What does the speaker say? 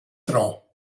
tro